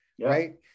Right